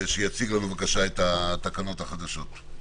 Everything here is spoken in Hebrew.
להציג לנו את התקנות החדשות.